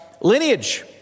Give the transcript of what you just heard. lineage